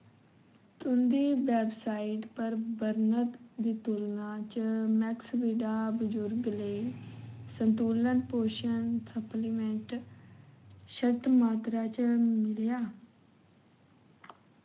तुं'दी वैबसाइट पर बर्णत दी तुलना च मैक्सविड ब जुर्गें लेई संतुलत पोशन सप्लीमैंट्ट घट्ट मात्तरा च मिलेआ